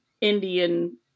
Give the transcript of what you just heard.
Indian